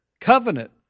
covenant